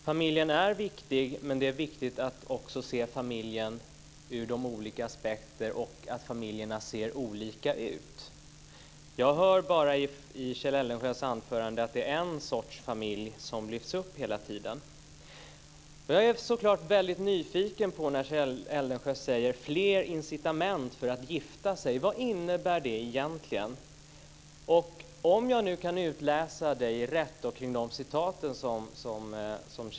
Familjen är viktig, men det också viktigt att se familjen ur olika aspekter. Familjerna ser olika ut. I Kjell Eldensjös anförande hörde jag bara att det var en sorts familj som lyftes upp hela tiden. Kjell Eldensjö talar om fler incitament för att gifta sig. Vad innebär det egentligen? Kjell Eldensjö tog upp några citat.